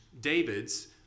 David's